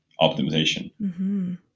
optimization